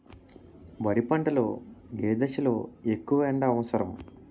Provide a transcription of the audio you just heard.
వరి పంట లో ఏ దశ లొ ఎక్కువ ఎండా అవసరం?